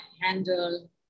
handle